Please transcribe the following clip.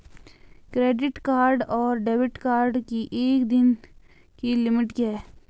Credit card और debit card की एक दिन की लिमिट क्या है?